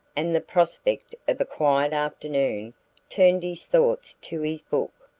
and the prospect of a quiet afternoon turned his thoughts to his book.